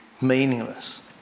meaningless